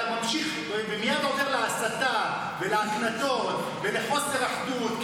ואתה ממשיך ומייד עובר להסתה ולהקנטות ולחוסר אחדות,